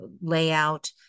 layout